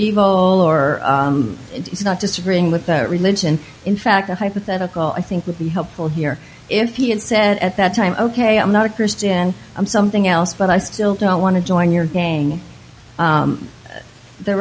all or it's not disagreeing with that religion in fact the hypothetical i think would be helpful here if he had said at that time ok i'm not a christian i'm something else but i still don't want to join your gang